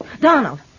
Donald